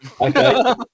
Okay